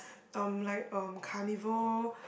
um like um carnival